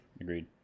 Agreed